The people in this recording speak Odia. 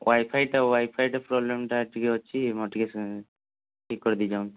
ୱାଇଫାଇଟା ୱାଇଫାଇଟା ପ୍ରବ୍ଲେମଟା ଟିକିଏ ଅଛି ମୋର ଟିକିଏ ଠିକ୍ କରିଦେଇ ଯାଆନ୍ତୁ